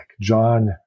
John